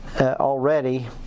already